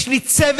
יש לי צוות